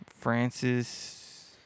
Francis